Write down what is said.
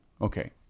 Okay